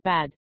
Bad